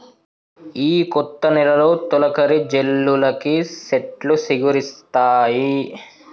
ఈ కొత్త నెలలో తొలకరి జల్లులకి సెట్లు సిగురిస్తాయి